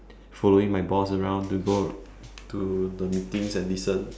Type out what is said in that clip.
following my boss around to go to the meetings and listen